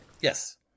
Yes